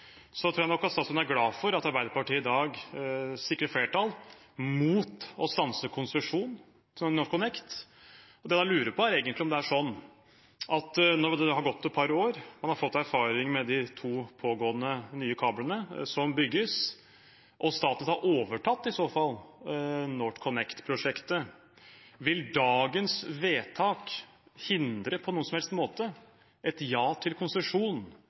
Så tror jeg nok statsråden er glad for at Arbeiderpartiet i dag sikrer et flertall mot å stanse konsesjonen til NorthConnect. Det jeg da lurer på, er egentlig: Når det har gått et par år og man har fått erfaring med de to nye kablene som bygges, og Statnett i så fall har overtatt NorthConnect-prosjektet, vil da dagens vedtak på noen som helst måte hindre et ja til konsesjon